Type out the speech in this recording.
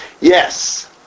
Yes